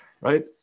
Right